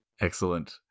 excellent